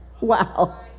Wow